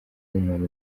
n’umuhanuzi